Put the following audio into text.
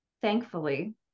thankfully